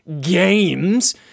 games